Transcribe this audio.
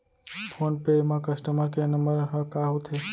Phone पे म customer care number ह का होथे?